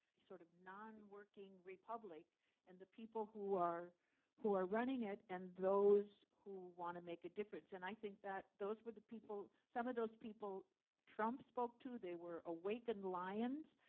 sort of non-working republic and the people who are who are running it, and those who want to make a difference. and i think that those were the people some of those people trump spoke to. they were awakened lions.